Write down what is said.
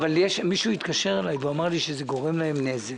אבל מישהו התקשר אליי ואמר לי שזה גורם להם נזק.